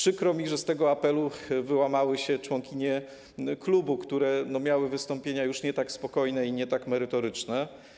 Przykro mi, że z tego apelu wyłamały się członkinie klubu, które miały wystąpienia już nie tak spokojnie i nie tak merytoryczne.